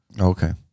Okay